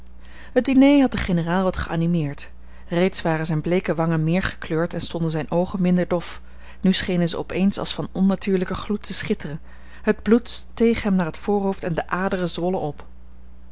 het diner had den generaal wat geanimeerd reeds waren zijne bleeke wangen meer gekleurd en stonden zijne oogen minder dof nu schenen ze op eens als van onnatuurlijken gloed te schitteren het bloed steeg hem naar het voorhoofd en de aderen zwollen op